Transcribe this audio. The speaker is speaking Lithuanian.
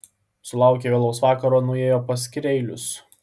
sulaukę vėlaus vakaro nuėjo pas kireilius